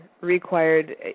required